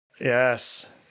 Yes